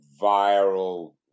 viral